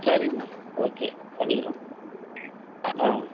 சரிங்கமா ஓகே பண்ணிக்கலாம் ஆ